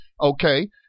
Okay